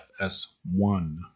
FS1